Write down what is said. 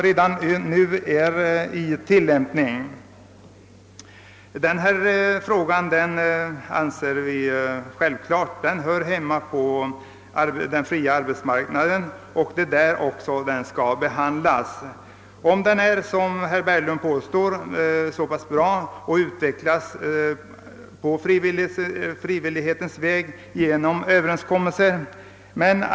Vi anser att denna fråga otvivelaktigt hör hemma på det fria arbetsmarknadsområdet, och det är också där den skall tas upp, om den föreslagna metoden, såsom herr Berglund påstår, kan ge så goda resultat genom överenskommelser på frivillighetens väg.